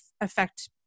affect